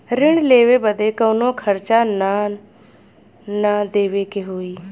ऋण लेवे बदे कउनो खर्चा ना न देवे के होई?